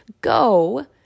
go